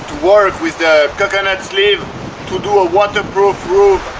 work with the coconut sleeve to do a waterproof roof.